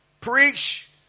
Preach